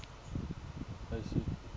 I see